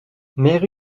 mère